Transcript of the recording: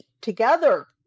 together